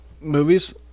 movies